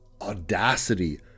audacity